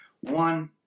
One